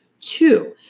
Two